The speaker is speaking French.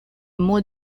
mot